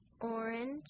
orange